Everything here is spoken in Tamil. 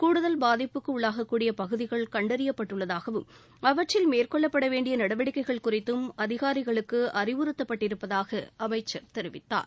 கூடுதல் பாதிப்புக்கு உள்ளாகக்கூடிய பகுதிகள் கண்டறியப்பட்டுள்ளதாகவும் அவற்றில் மேற்கொள்ளபட வேண்டிய நடவடிக்கைகள் குறித்தும் அதிகாரிகளுக்கு அறிவுறுத்தப்பட்டிருப்பதாக அமைச்சர் தெரிவித்தார்